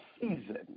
season